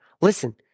Listen